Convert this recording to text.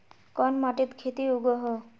कोन माटित खेती उगोहो?